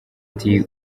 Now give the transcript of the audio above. ati